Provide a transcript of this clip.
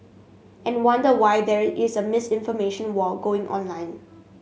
and wonder why there is a misinformation war going on online